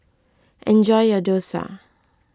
enjoy your Dosa